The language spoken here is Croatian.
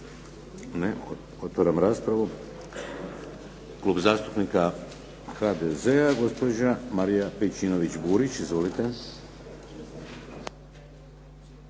Ne. Otvaram raspravu. Klub zastupnika HDZ-a, gospođa Marija Pejčinović Burić. Izvolite.